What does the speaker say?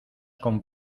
con